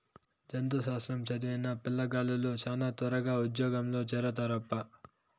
జంతు శాస్త్రం చదివిన పిల్లగాలులు శానా త్వరగా ఉజ్జోగంలో చేరతారప్పా